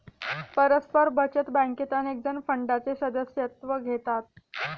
परस्पर बचत बँकेत अनेकजण फंडाचे सदस्यत्व घेतात